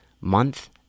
month